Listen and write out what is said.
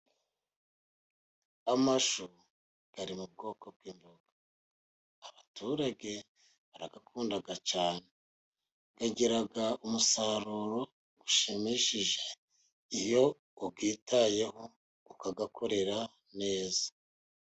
Amashu ari mu bwoko bw'imboga abaturage barayakunda cyane agira umusaruro ushimishije iyo uyitayeho ukayakorera neza.